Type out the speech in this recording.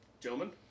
gentlemen